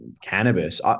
cannabis